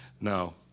No